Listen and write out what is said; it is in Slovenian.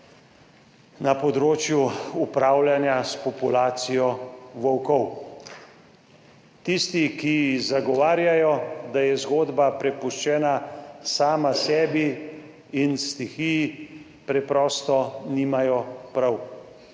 na področju upravljanja s populacijo volkov. Tisti, ki zagovarjajo, da je zgodba prepuščena sama sebi in stihiji, preprosto nimajo prav.